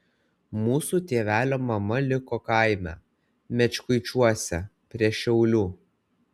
mūsų tėvelio mama liko kaime meškuičiuose prie šiaulių